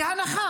בהנחה